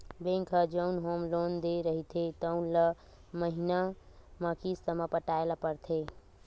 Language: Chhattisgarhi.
बेंक ह जउन होम लोन दे रहिथे तउन ल महिना म किस्त म पटाए ल परथे